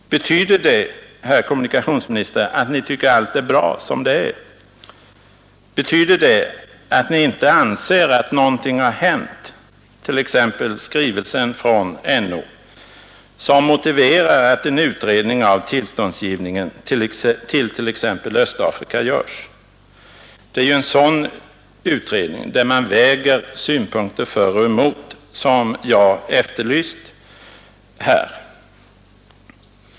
Betyder det, herr kommunikationsminister, att Ni tycker allt är bra som det är? Betyder det att Ni inte anser att någonting har hänt — t.ex. skrivelsen från NO — som motiverar att en utredning av tillståndsgivningen i fråga om t.ex. Östafrika görs. Det är en sådan utredning, där man väger synpunkter för och emot, som jag har efterlyst här.